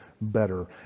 better